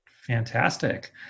Fantastic